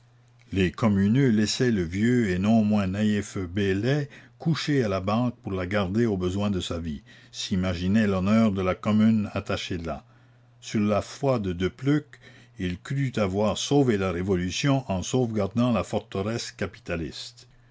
les communeux laissaient le vieux et non moins naïf beslay coucher à la banque pour la garder au besoin de sa vie s'imaginaient l'honneur de la commune attaché là sur la foi de de pleuc il crut avoir sauvé la révolution en sauvegardant la forteresse capitaliste